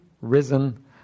risen